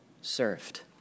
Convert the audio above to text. served